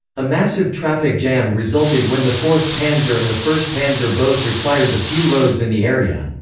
a massive traffic jam resulted when the fourth panzer and the first panzer both required the few roads in the area.